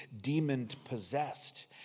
demon-possessed